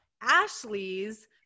Ashley's